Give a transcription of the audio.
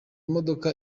modoka